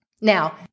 Now